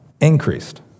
increased